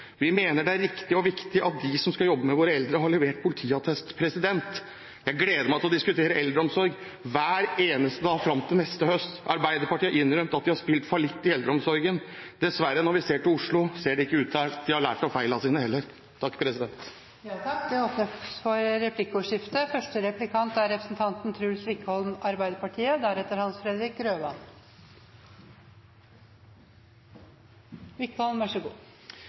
Vi mener det er riktig og viktig at de som skal jobbe med våre eldre, har levert politiattest. Jeg gleder meg til å diskutere eldreomsorg hver eneste dag fram til neste høst. Arbeiderpartiet har innrømt at de har spilt fallitt i eldreomsorgen. Når vi ser til Oslo, ser det dessverre ikke ut til at de har lært av feilene sine heller. Det blir replikkordskifte. Hoksrud holdt et følelsesladd innlegg om at folk flest, også eldre, skal få det bedre. Det er